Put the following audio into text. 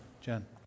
Jen